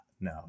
No